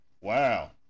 Wow